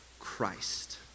christ